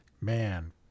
Man